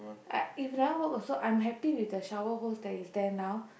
I if never work also I'm happy with the shower hose that is there now